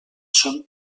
són